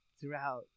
throughout